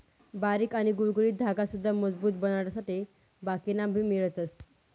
बारीक आणि गुळगुळीत धागा सुद्धा मजबूत बनाडासाठे बाकिना मा भी मिळवतस